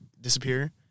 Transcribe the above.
disappear